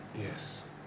Yes